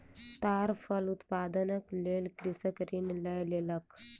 ताड़ फल उत्पादनक लेल कृषक ऋण लय लेलक